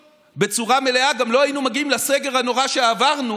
בצורה מלאה גם לא היינו מגיעים לסגר הנורא שעברנו.